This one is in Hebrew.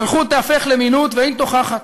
מלכות תיהפך למינות, ואין תוכחת.